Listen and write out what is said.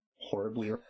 horribly